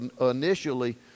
initially